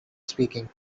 speaking